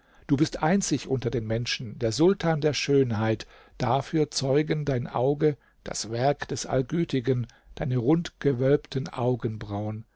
du bist einzig unter den menschen der sultan der schönheit dafür zeugen dein auge das werk des allgütigen deine rundgewölbten augenbrauen